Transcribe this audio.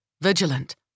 vigilant